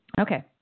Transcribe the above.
Okay